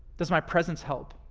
does my presence help?